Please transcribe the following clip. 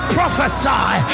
prophesy